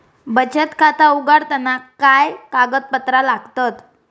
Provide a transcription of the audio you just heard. बचत खाता उघडताना काय कागदपत्रा लागतत?